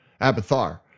Abathar